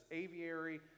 aviary